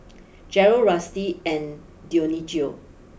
Jerrel Rusty and Dionicio